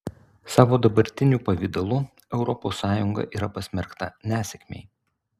savo dabartiniu pavidalu europos sąjunga yra pasmerkta nesėkmei